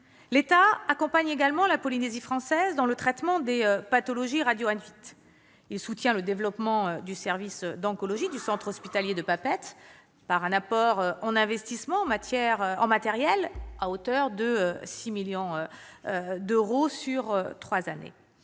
L'État accompagne également la Polynésie française dans le traitement des pathologies radio-induites. Il soutient le développement du service d'oncologie du centre hospitalier de Papeete par un apport en investissement en matériels de 6 millions d'euros sur trois ans.